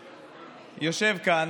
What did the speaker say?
זכה,